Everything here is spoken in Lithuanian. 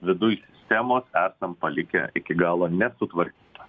viduj sistemos esam palikę iki galo nesutvarkytą